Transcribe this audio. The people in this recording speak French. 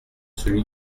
celui